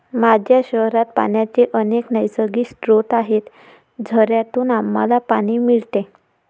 माझ्या शहरात पाण्याचे अनेक नैसर्गिक स्रोत आहेत, झऱ्यांतून आम्हाला पाणी मिळते